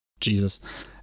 Jesus